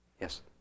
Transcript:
Yes